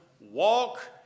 walk